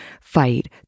fight